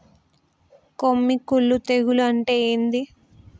కొమ్మి కుల్లు తెగులు అంటే ఏంది?